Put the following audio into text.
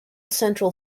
central